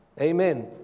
Amen